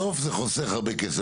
בסוף זה חוסך הרבה כסף.